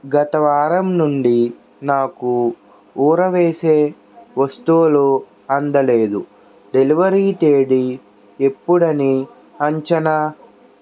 గత వారం నుండి నాకు ఊరవేసే వస్తువులు అందలేదు డెలివరీ తేదీ ఎప్పుడని అంచనా